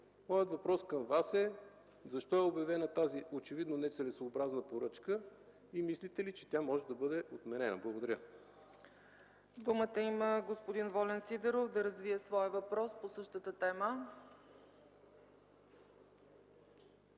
Моят въпрос към Вас е: защо е обявена тази очевидно нецелесъобразна поръчка и мислите ли, че тя може да бъде отменена? Благодаря. ПРЕДСЕДАТЕЛ ЦЕЦКА ЦАЧЕВА: Думата има господин Волен Сидеров да развие своя въпрос по същата тема.